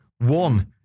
One